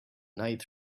night